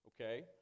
Okay